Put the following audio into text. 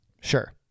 Sure